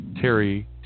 Terry